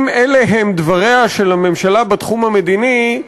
אם אלה הם דבריה של הממשלה בתחום המדיני,